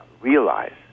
realize